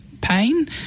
pain